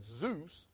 Zeus